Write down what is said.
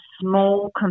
small